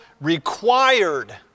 required